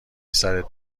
سرت